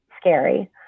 scary